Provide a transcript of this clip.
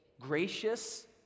gracious